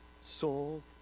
soul